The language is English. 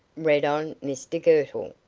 read on mr girtle,